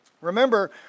Remember